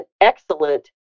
excellent